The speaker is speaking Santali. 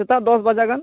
ᱥᱮᱛᱟᱜ ᱫᱚᱥ ᱵᱟᱡᱟᱜᱟᱱ